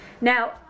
Now